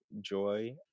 joy